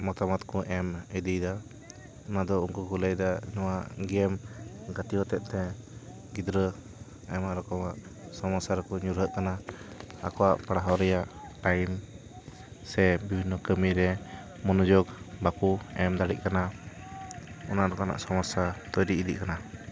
ᱢᱚᱛᱟ ᱢᱚᱛ ᱠᱚ ᱮᱢ ᱤᱫᱤᱭᱮᱫᱟ ᱚᱱᱟ ᱫᱚ ᱩᱱᱠᱩ ᱠᱚ ᱞᱟᱹᱭᱮᱫᱟ ᱱᱚᱣᱟ ᱜᱮᱹᱢ ᱜᱟ ᱛᱤᱜ ᱦᱚᱛᱮᱜ ᱛᱮ ᱜᱤᱫᱽᱨᱟᱹ ᱟᱭᱢᱟ ᱨᱚᱠᱚᱢᱟᱜ ᱥᱚᱢᱚᱥᱟ ᱨᱮᱠᱚ ᱧᱩᱨᱦᱟᱹᱜ ᱠᱟᱱᱟ ᱟᱠᱚᱭᱟᱜ ᱯᱟᱲᱦᱟᱣ ᱨᱮᱭᱟᱜ ᱴᱟᱭᱤᱢ ᱥᱮ ᱵᱤᱵᱷᱤᱱᱚ ᱠᱟ ᱢᱤ ᱨᱮ ᱢᱚᱱᱳᱡᱳᱠ ᱵᱟᱠᱚ ᱮᱢ ᱫᱟᱲᱮᱜ ᱠᱟᱱᱟ ᱚᱱᱟ ᱞᱮᱠᱟᱱᱟᱜ ᱥᱚᱢᱚᱥᱟ ᱛᱳᱭᱨᱤ ᱤᱫᱤᱜ ᱠᱟᱱᱟ